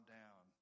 down